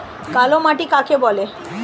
কালো মাটি কাকে বলে?